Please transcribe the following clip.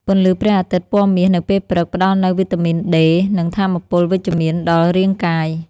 ពន្លឺព្រះអាទិត្យពណ៌មាសនៅពេលព្រឹក ផ្តល់នូវវីតាមីនដេ និងថាមពលវិជ្ជមានដល់រាងកាយ។